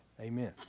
Amen